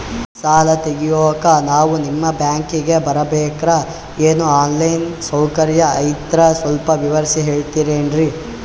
ಸಾಲ ತೆಗಿಯೋಕಾ ನಾವು ನಿಮ್ಮ ಬ್ಯಾಂಕಿಗೆ ಬರಬೇಕ್ರ ಏನು ಆನ್ ಲೈನ್ ಸೌಕರ್ಯ ಐತ್ರ ಸ್ವಲ್ಪ ವಿವರಿಸಿ ಹೇಳ್ತಿರೆನ್ರಿ?